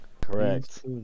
correct